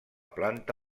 planta